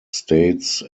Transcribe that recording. states